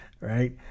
right